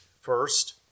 first